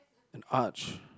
an arch